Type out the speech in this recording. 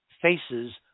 faces